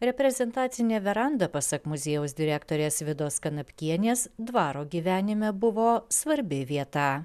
reprezentacinė veranda pasak muziejaus direktorės vidos kanapkienės dvaro gyvenime buvo svarbi vieta